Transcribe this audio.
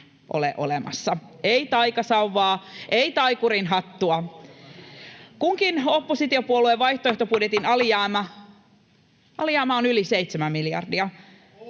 ei taikasauvaa, ei taikurinhattua. Kunkin oppositiopuolueen vaihtoehtobudjetin alijäämä on yli 7 miljardia.